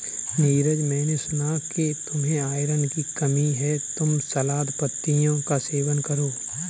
नीरज मैंने सुना कि तुम्हें आयरन की कमी है तुम सलाद पत्तियों का सेवन करो